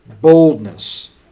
boldness